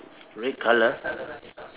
red colour